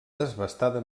desbastada